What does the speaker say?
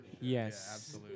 Yes